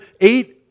eight